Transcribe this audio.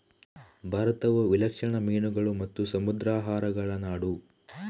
ಭಾರತವು ವಿಲಕ್ಷಣ ಮೀನುಗಳು ಮತ್ತು ಸಮುದ್ರಾಹಾರಗಳ ನಾಡು